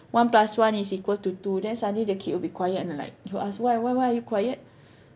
one plus one is equal to two then suddenly the kid will be quiet and then like you will ask why why why are you quiet